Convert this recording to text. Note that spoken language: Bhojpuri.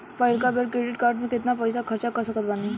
पहिलका बेर क्रेडिट कार्ड से केतना पईसा खर्चा कर सकत बानी?